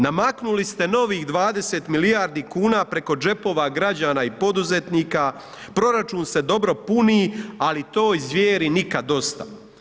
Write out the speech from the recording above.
Namaknuli ste novih 20 milijardi kuna preko džepova građana i poduzetnika, proračun se dobro puni ali toj zvijeri nikad dosta.